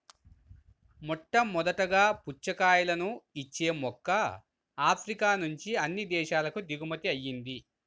మొట్టమొదటగా పుచ్చకాయలను ఇచ్చే మొక్క ఆఫ్రికా నుంచి అన్ని దేశాలకు దిగుమతి అయ్యింది